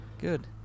Good